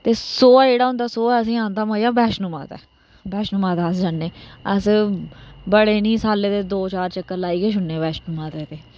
ते सोहा जेहड़ा होंदा सोहै असेंगी आंदा मजा वैष्णो माता वैष्णो माता अस जन्ने अस बडे़ नेईं ते दो़ चार चक्कर लाई गै छोडने वैष्णो माता दे